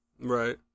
right